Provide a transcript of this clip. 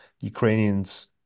Ukrainians